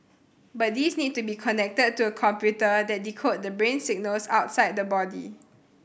but these need to be connected to a computer that decodes the brain signals outside the body